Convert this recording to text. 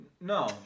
No